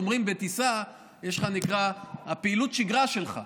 בטיסה יש לך מה שנקרא פעילות השגרה שלך,